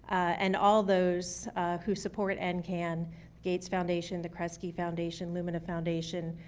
and all those who support and ncan, gates foundation, the kretzky foundation, lumina foundation,